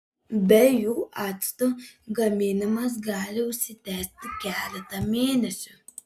be jų acto gaminimas gali užsitęsti keletą mėnesių